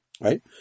right